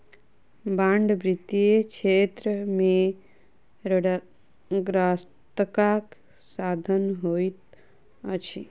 bond वित्तीय क्षेत्र में ऋणग्रस्तताक साधन होइत अछि